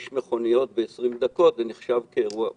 מכוניות ב-20 דקות זה עדיין נחשב אירוע אחד.